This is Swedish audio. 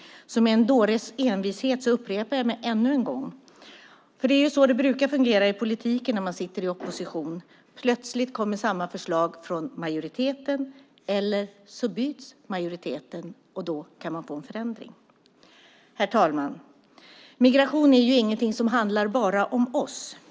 Med en dåres envishet upprepar jag mig därför ännu en gång. Det är så det brukar fungera i politiken när man sitter i opposition; plötsligt kommer samma förslag från majoriteten eller så byts majoriteten, och då kan man få en förändring. Herr talman! Migration är ingenting som handlar bara om oss.